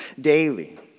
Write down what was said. daily